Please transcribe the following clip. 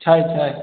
छै छै